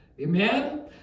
Amen